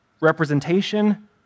representation